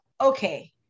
okay